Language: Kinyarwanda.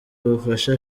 bufasha